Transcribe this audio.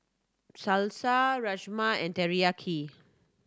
Salsa Rajma and Teriyaki